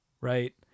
right